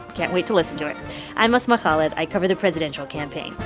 can't wait to listen to it i'm asma khalid. i cover the presidential campaign.